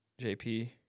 JP